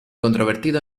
controvertido